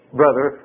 brother